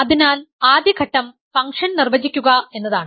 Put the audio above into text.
അതിനാൽ ആദ്യ ഘട്ടം ഫംഗ്ഷൻ നിർവചിക്കുക എന്നതാണ്